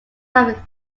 have